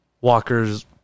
walker's